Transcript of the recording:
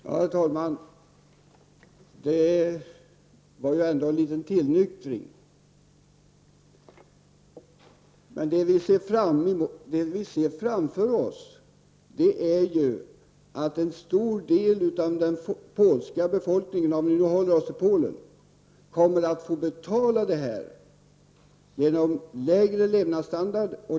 Herr talman! Det var ändå en liten tillnyktring av Margaretha af Ugglas. Vi ser framför oss att en stor del av den polska befolkningen kommer att få betala för det som sker genom lägre levnadsstandard.